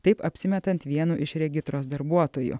taip apsimetant vienu iš regitros darbuotojų